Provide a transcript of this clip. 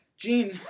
Gene